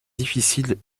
difficile